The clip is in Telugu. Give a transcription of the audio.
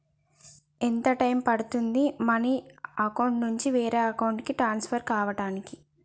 ఎంత టైం పడుతుంది మనీ అకౌంట్ నుంచి వేరే అకౌంట్ కి ట్రాన్స్ఫర్ కావటానికి?